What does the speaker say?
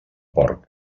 porc